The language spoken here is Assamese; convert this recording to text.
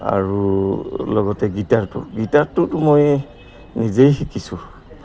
আৰু লগতে গীটাৰটো গীটাৰটোতো মই নিজেই শিকিছোঁ